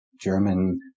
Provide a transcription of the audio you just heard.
German